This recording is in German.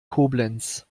koblenz